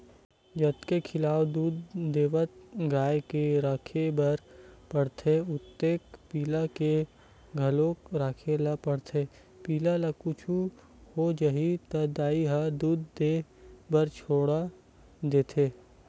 जतके खियाल दूद देवत गाय के राखे बर परथे ओतके पिला के घलोक राखे ल परथे पिला ल कुछु हो जाही त दाई ह दूद देबर छोड़ा देथे